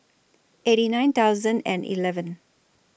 eighty nine thousand and eleven